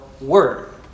word